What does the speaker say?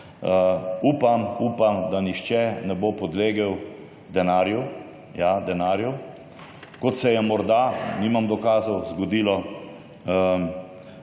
Upam, da nihče ne bo podlegel denarju, ja, denarju, kot se je morda, nimam dokazov, zgodilo